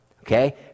Okay